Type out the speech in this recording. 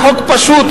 זה חוק פשוט.